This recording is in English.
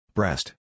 Breast